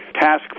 Task